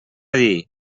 dir